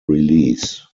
release